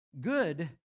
Good